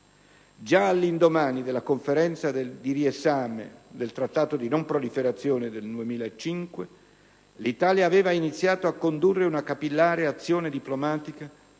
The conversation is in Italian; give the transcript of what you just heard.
Già all'indomani della Conferenza di riesame del Trattato di non proliferazione del 2005, l'Italia aveva iniziato a condurre una capillare azione diplomatica